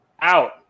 out